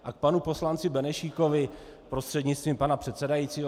A k panu poslanci Benešíkovi prostřednictvím pana předsedajícího.